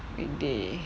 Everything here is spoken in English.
weekday